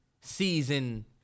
season